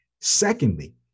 Secondly